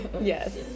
Yes